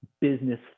business